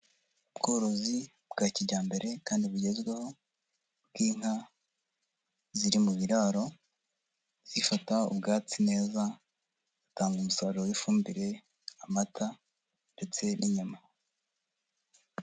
Ubworozi bwa kijyambere kandi bugezweho, bw'inka ziri mu biraro, zifata ubwatsi neza, zitanga umusaruro w'ifumbire, amata ndetse n'inyama.